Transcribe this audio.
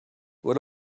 what